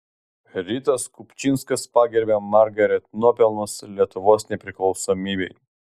rytas kupčinskas pagerbia margaret nuopelnus lietuvos nepriklausomybei